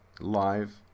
live